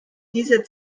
dieser